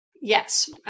Yes